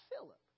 Philip